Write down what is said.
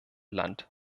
land